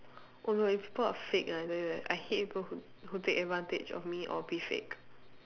oh no if people are fake ah then I I hate people who who take advantage of me or be fake